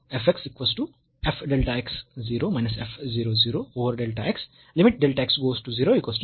तर आता आपण ओरिजिन ला f ची कन्टीन्यूईटी तपासू